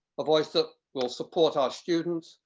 a voice that will support our students,